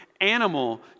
animal